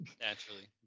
Naturally